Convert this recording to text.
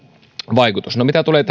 vaikutus mitä tulee